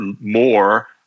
more